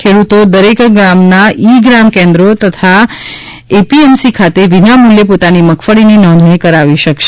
ખેડૂતો દરેક ગામના ઈ ગ્રામ કેન્દ્રો તથા એપીએમસી ખાતે વિના મૂલ્યે પોતાની મગફળીની નોંધણી કરાવી શકશે